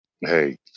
hey